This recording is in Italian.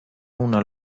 una